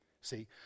See